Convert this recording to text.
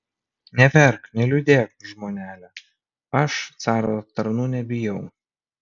neverk neliūdėk žmonele aš caro tarnų nebijau